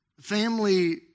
family